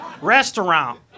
restaurant